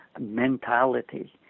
mentality